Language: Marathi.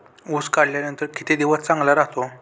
ऊस काढल्यानंतर किती दिवस चांगला राहतो?